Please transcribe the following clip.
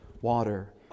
Water